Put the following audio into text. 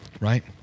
right